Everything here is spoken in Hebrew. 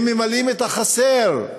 הם ממלאים את החסר.